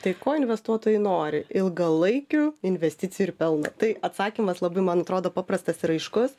tai ko investuotojai nori ilgalaikių investicijų ir pelno tai atsakymas labai man atrodo paprastas ir aiškus